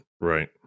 Right